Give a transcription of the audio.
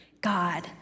God